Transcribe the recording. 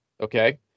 Okay